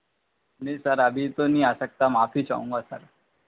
नहीं सर अभी तो नहीं आ सकता माफी चाहूँगा सर